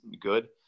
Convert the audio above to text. good